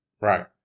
Right